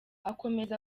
akomeza